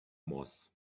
moss